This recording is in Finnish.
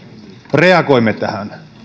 reagoimme tähän